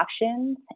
options